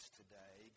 today